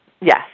Yes